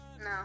No